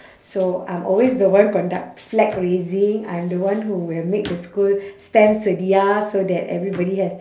so I'm always the one conduct flag raising I'm the one who will make the school stand sedia so that everybody has